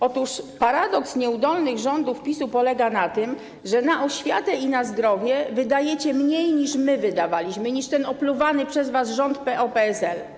Otóż paradoks nieudolnych rządów PiS-u polega na tym, że na oświatę i na zdrowie wydajecie mniej, niż my wydawaliśmy, niż ten opluwany przez was rząd PO-PSL.